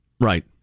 Right